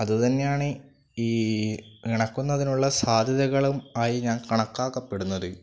അതു തന്നെയാണ് ഈ ഇണക്കുന്നതിനുള്ള സാധ്യതകളും ആയി ഞാൻ കണക്കാക്കപ്പെടുന്നത്